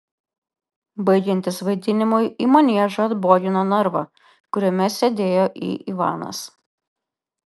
baigiantis vaidinimui į maniežą atbogino narvą kuriame sėdėjo į ivanas